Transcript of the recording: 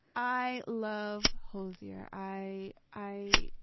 i love hozier i, i